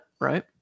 Right